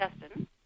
Justin